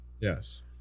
Yes